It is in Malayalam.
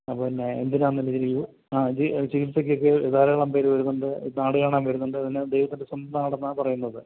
അ പിന്നെ എന്തിനാണെന്നുള്ള രീതിയിൽ ആ ചികിത്സകൊക്കെ ധാരാളം പേർ വരുന്നുണ്ട് നാട് കാണാൻ വരുന്നുണ്ട് പിന്നെ ദൈവത്തിൻ്റെ സംസ്ഥാനമാണെന്നാണ് പറയുന്നത്